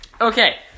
Okay